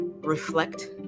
reflect